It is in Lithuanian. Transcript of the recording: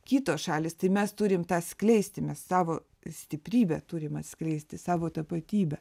kitos šalys tai mes turim tą skleisti mes savo stiprybę turim atskleisti savo tapatybę